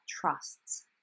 trusts